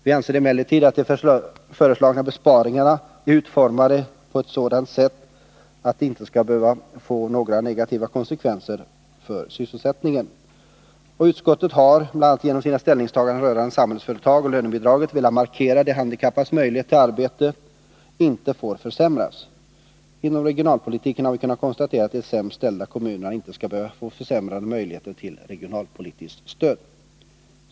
Vi anser emellertid att de föreslagna besparingarna är utformade på ett sådant sätt att de inte skall behöva få några negativa konsekvenser för sysselsättningen. Utskottet har, bl.a. genom sina ställningstaganden rörande Samhällsföretag och lönebidraget, velat markera att de handikappades möjligheter till arbete inte får försämras. Inom regionalpolitiken har vi kunnat konstatera att de sämst ställda kommunerna inte skall behöva få försämrade möjligheter till regionalpolitiskt stöd.